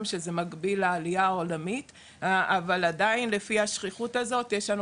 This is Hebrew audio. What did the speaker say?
שזה מקביל לעליה העולמית אבל עדיין לפי השכיחות הזאת יש לנו